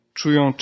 czują